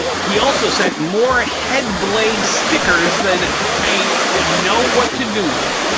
he also sent more headblade stickers than i would know what to do with.